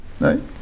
right